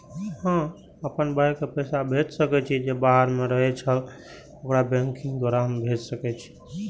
हम आपन भाई के पैसा भेजे के चाहि छी जे शहर के बाहर रहे छै